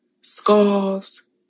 scarves